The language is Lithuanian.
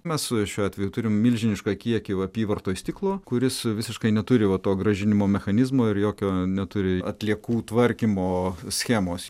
mes su šiuo atveju turime milžinišką kiekį apyvartoj stiklo kuris visiškai neturi va to grąžinimo mechanizmo ir jokio neturi atliekų tvarkymo schemos